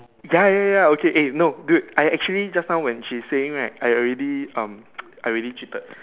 ya ya ya okay eh no dude I actually just now when she saying right I already um I already cheated